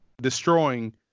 destroying